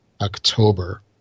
October